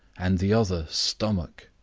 and the other stomach!